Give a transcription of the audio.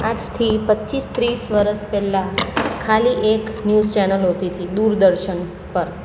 આજથી પચીસ ત્રીસ વરસ પહેલાં ખાલી એક ન્યૂઝ ચેનલ હોતી હતી દૂરદર્શન પર